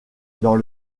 dans